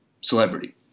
celebrity